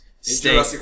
stay